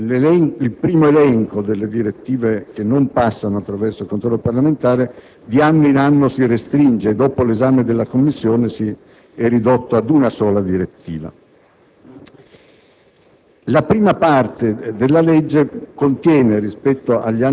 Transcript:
Il primo elenco, quello cioè di direttive che non passano attraverso il controllo parlamentare, di anno in anno si restringe e dopo l'esame della Commissione è ridotto ad una sola direttiva.